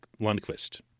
Lundqvist